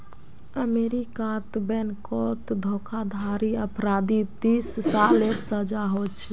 अमेरीकात बैनकोत धोकाधाड़ी अपराधी तीस सालेर सजा होछे